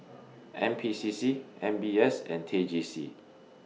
N P C C M B S and T J C